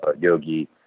yogi